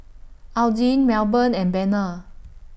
Adline Melbourne and Bena